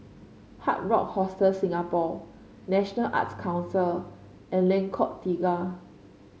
Hard Rock Hostel Singapore National Arts Council and Lengkok Tiga